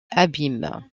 abîme